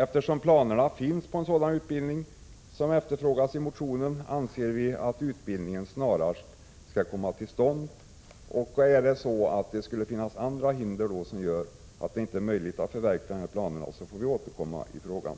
Eftersom planer finns på en sådan utbildning som efterfrågas i motionen, anser vi att denna utbildning snarast skall komma till stånd. Om andra hinder gör det omöjligt att förverkliga planerna får vi återkomma i frågan.